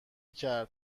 کرد